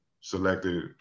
selected